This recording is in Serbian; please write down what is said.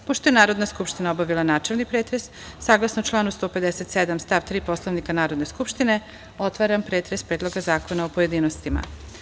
Pošto je Narodna skupština obavila načelni pretres, saglasno članu 157. stav 3. Poslovnika Narodne skupštine, otvaram pretres Predloga zakona u pojedinostima.